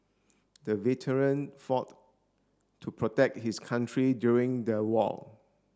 the veteran fought to protect his country during the war